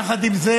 יחד עם זה,